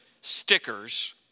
stickers